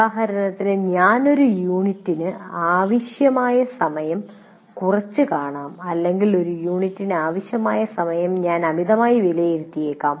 ഉദാഹരണത്തിന് ഞാൻ ഒരു യൂണിറ്റിന് ആവശ്യമായ സമയം കുറച്ചുകാണാം അല്ലെങ്കിൽ ഒരു യൂണിറ്റിന് ആവശ്യമായ സമയം ഞാൻ അമിതമായി വിലയിരുത്തിയിരിക്കാം